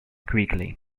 quickly